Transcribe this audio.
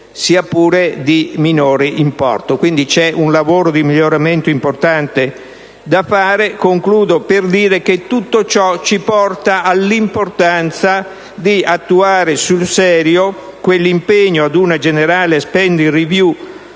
sia pure di minore importo; c'è quindi un lavoro di miglioramento importante da fare. Concludo dicendo che tutto ciò sottolinea l'importanza di attuare sul serio quell'impegno ad una generale *spending review*